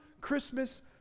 Christmas